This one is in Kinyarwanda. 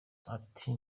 ati